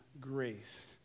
grace